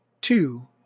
two